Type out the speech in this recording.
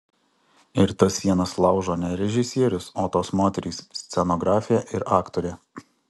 ir tas sienas laužo ne režisierius o tos moterys scenografė ir aktorė